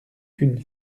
qu’une